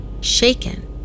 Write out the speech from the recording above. Shaken